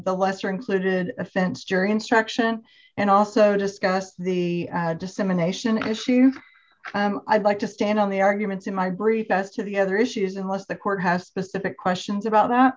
the lesser included offense jury instruction and also discussed the dissemination issue i'd like to stand on the arguments in my brief as to the other issues unless the court has specific questions about that